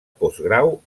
postgrau